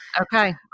Okay